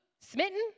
smitten